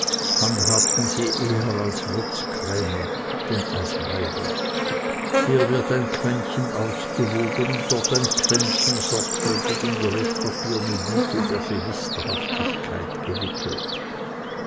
handhabten sie eher als würzkrämer denn als weiber hier wird ein quentchen ausgewogen und dort ein quentchen sorglich in die löschpapierne düte der philisterhaftigkeit gewickelt